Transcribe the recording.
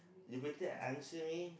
you better answer me